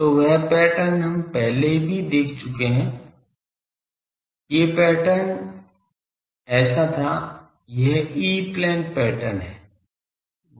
तो वह पैटर्न हम पहले ही देख चुके थे ये पैटर्न ऐसा था यह ई प्लेन पैटर्न है